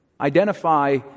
Identify